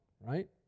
right